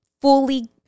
fully